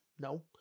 No